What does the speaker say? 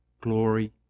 glory